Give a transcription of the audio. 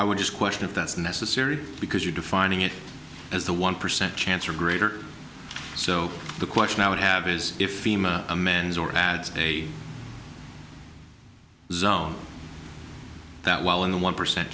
i would just question if that's necessary because you're defining it as a one percent chance or greater so the question i would have is if a man's or add a zone that while in a one percent